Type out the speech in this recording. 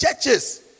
churches